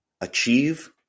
achieve